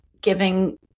giving